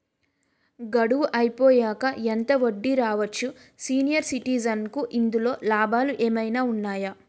గడువు అయిపోయాక ఎంత వడ్డీ రావచ్చు? సీనియర్ సిటిజెన్ కి ఇందులో లాభాలు ఏమైనా ఉన్నాయా?